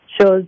shows